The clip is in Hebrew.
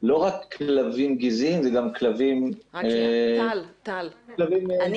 לא רק כלבים גזעיים זה גם כלבים --- רק שניה.